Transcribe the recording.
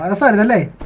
and side of the eleventh